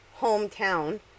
hometown